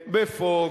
ב-Fox,